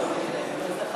לקריאה